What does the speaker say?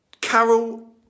Carol